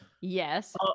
Yes